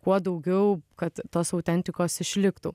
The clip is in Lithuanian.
kuo daugiau kad tos autentikos išliktų